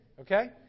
Okay